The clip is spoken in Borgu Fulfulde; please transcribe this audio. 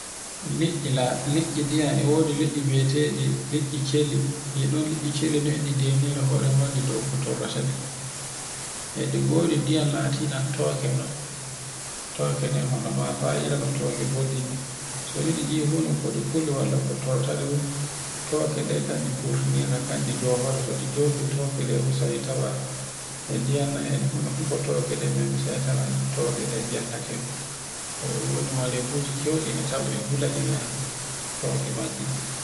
liɗɗi ndiyam, e wodi liɗɗi bi'rteɗi, liɗɗi celi. E ɗon liɗɗi celli noy ɗe deniro hore maji dow kotorrata ɗi e ɗi godi ndiyam latiɗan toke non. Toke non hono ma fa ire no boɗi ni soni ɗi fu no ko kanje ɗe burtuninta, kanɗi johoto so ɗi jofito sai e ndiyan na. to e wodi marefuji kweɗe a tawan e hula ɗe ngan toke majji ɗin.